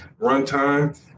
runtime